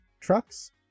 trucks